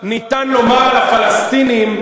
לומר על הפלסטינים,